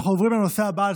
בעד,